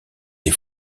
les